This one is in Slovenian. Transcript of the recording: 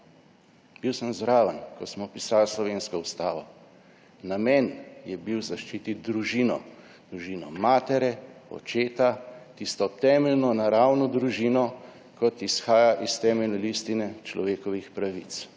Bil sem zraven, ko smo pisali slovensko ustavo. Namen je bil zaščititi družino, družino matere, očeta, tisto temeljno naravno družino, kot izhaja iz temeljne listine človekovih pravic.